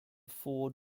ford